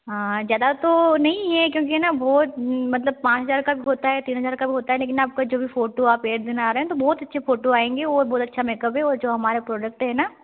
हाँ ज़्यादा तो नहीं है क्योंकि न बहुत मतलब पाँच हज़ार का होता है तीन हज़ार का होता है मतलब जो भी आपको फोटो और एड्स बना रहे हो बहुत अच्छी फोटो आयेंगे और बहुत अच्छा मेकअप होगा जो हमारा प्रोडक्ट है न